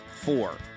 four